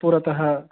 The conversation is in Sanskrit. पुरतः